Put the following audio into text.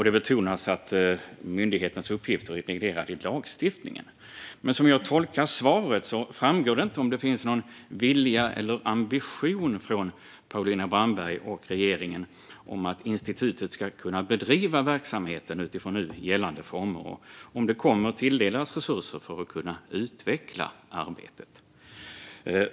Det betonas även att myndighetens uppgifter är reglerade i lagstiftningen. Som jag tolkar svaret framgår det dock inte om det finns någon vilja eller ambition från Paulina Brandberg och regeringen om att institutet ska kunna bedriva verksamheten utifrån nu gällande former och om det kommer att tilldelas resurser för att kunna utveckla arbetet.